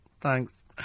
Thanks